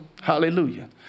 Hallelujah